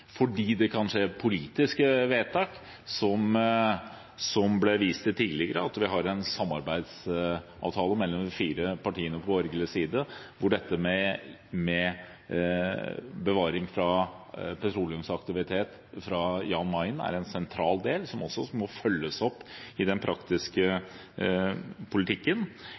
at vi har en samarbeidsavtale mellom de fire partiene på borgerlig side, hvor dette med bevaring av Jan Mayen fra petroleumsaktivitet er en sentral del, som også må følges opp i den praktiske politikken,